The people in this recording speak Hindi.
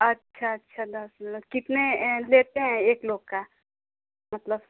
अच्छा अच्छा दस मिनट कितने लेते हैं एक लोग का मतलब